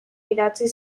idatzi